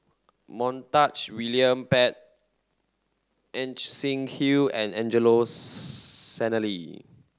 Montague William Pett Ajit Singh Hill and Angelo Sanelli